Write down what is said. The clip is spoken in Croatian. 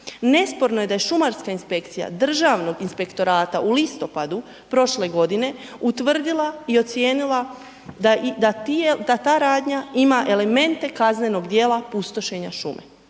Nesporno je da je Šumarska inspekcija Državnog inspektorata u listopadu prošle godine utvrdila i ocijenila da ta radnja ima elemente kaznenog djela pustošenja šume.